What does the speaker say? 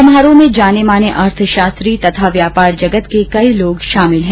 समारोह में जाने माने अर्थशास्त्री तथा व्यापार जगत के कई लोग शामिल हैं